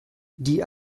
die